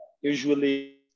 usually